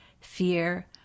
fear